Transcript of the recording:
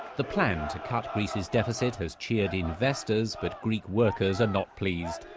the plan greece's deficit has cheered investors, but greek workers are not pleased.